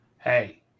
Hey